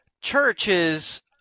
churches